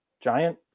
giant